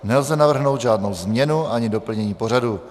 Nelze navrhnout žádnou změnu ani doplnění pořadu.